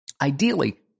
Ideally